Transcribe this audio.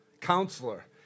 counselor